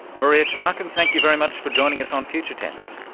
maria turmarkin, thank you very much for joining us on future tense.